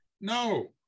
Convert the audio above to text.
No